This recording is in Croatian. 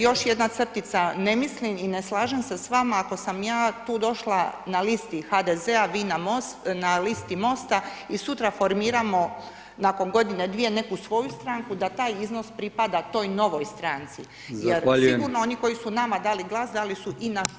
Još jedna crtica, ne mislim i ne slažem se s vama, ako sam ja tu došla na listi HDZ-a vi na listi Mosta i sutra formiramo nakon godinu, dvije, neku svoju stranku, da taj iznos pripada toj novoj stanci, jer sigurno oni koji su nama dali glas, dali su i našoj stranici.